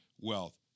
wealth